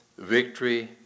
Victory